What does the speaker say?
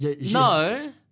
No